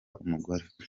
umugore